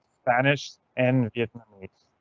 spanish, and vietnamese.